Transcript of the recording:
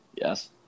yes